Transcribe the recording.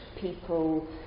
people